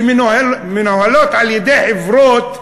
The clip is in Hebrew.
שמנוהלות על-ידי חברות,